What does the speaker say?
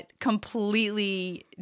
completely